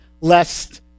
lest